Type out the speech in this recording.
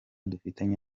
dufitanye